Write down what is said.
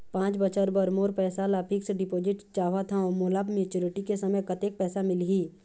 पांच बछर बर मोर पैसा ला फिक्स डिपोजिट चाहत हंव, मोला मैच्योरिटी के समय कतेक पैसा मिल ही?